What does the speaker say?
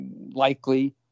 likely